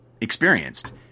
experienced